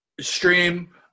stream